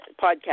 podcast